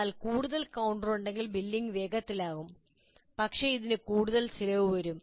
എന്നാൽ കൂടുതൽ കൌണ്ടറുകൾ ഉണ്ടെങ്കിൽ ബില്ലിംഗ് വേഗത്തിലാകും പക്ഷേ ഇതിന് കൂടുതൽ ചിലവ് വരും